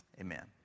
Amen